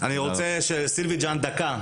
אני רוצה לשמוע את סילבי זאן, דקה,